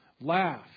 laugh